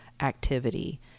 activity